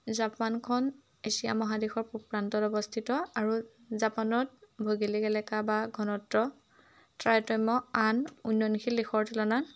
জাপানখন Asia মহাদেশৰ প্ৰান্তত অৱস্থিত আৰু জাপানত ভৌগোলিক এলেকা বা ঘনত্বৰ তাৰতম্য আন উন্নয়নশীল দেশৰ তুলনাত